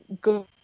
good